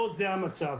לא זה המצב.